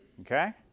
okay